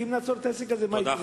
כי אם נעצור את העסק הזה, מה יקרה?